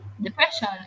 depression